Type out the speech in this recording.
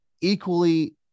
equally